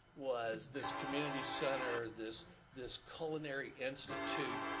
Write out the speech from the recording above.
was this community center, this this culinary institute,